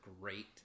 great